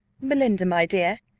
belinda, my dear,